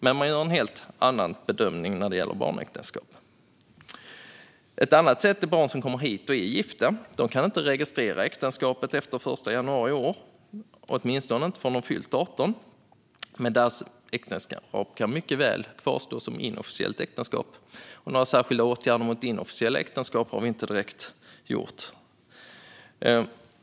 Men man gör en helt annan bedömning när det gäller barnäktenskap. Ett annat sätt är barn som kommer hit och är gifta. De kan inte registrera äktenskapet efter den 1 januari i år, åtminstone inte förrän de har fyllt 18 år. Men deras äktenskap kan mycket väl kvarstå som ett inofficiellt äktenskap. Och några särskilda åtgärder mot inofficiella äktenskap har vi inte direkt vidtagit.